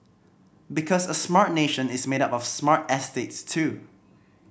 because a smart nation is made up of smart estates too